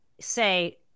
say